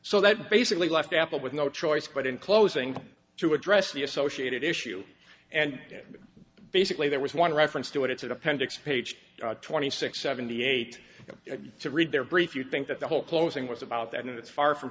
so that basically left apple with no choice but in closing to address the associated issue and basically there was one reference to it it's an appendix page twenty six seventy eight to read their brief you think that the whole closing was about that and it's far from